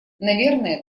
наверное